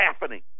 happening